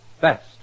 best